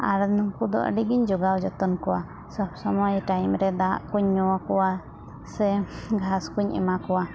ᱟᱨ ᱱᱩᱝᱠᱩ ᱫᱚ ᱟᱹᱰᱤ ᱜᱤᱧ ᱡᱚᱜᱟᱣ ᱡᱚᱛᱚᱱ ᱠᱚᱣᱟ ᱥᱚᱵᱽᱥᱚᱢᱳᱭ ᱴᱟᱭᱤᱢ ᱨᱮ ᱫᱟᱜ ᱠᱩᱧ ᱧᱩᱣᱟᱠᱚᱣᱟ ᱥᱮ ᱜᱷᱟᱥ ᱠᱩᱧ ᱠᱚᱣᱟ